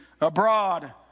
abroad